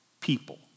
people